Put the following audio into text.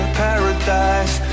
paradise